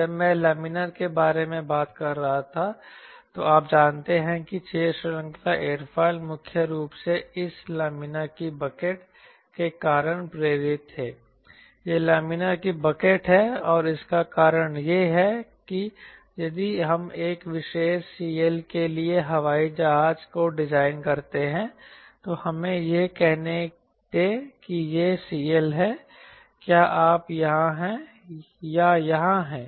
जब मैं लामिना के बारे में बात कर रहा था तो आप जानते हैं कि 6 श्रृंखला एयरोफिल मुख्य रूप से इस लामिना की बकेट के कारण प्रेरित थे यह लामिना की बकेट है और इसका कारण यह है कि यदि हम एक विशेष CL के लिए हवाई जहाज को डिजाइन करते हैं तो हमें यह कहने दें कि यह CL है क्या आप यहाँ हैं या यहाँ हैं